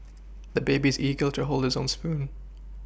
the baby is eager to hold his own spoon